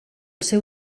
seu